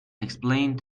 explained